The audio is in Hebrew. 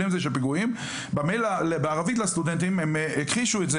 במייל בערבית לסטודנטים הם הכחישו את זה,